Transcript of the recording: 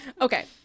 Okay